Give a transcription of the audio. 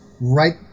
right